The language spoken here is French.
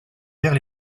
vers